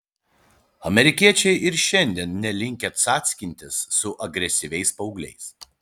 amerikiečiai ir šiandien nelinkę cackintis su agresyviais paaugliais